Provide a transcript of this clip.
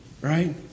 Right